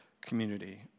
community